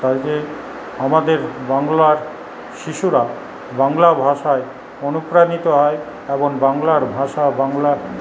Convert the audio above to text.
তার যে আমাদের বাংলার শিশুরা বাংলা ভাষায় অনুপ্রাণিত হয় এবং বাংলার ভাষা বাংলা